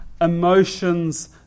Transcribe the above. emotions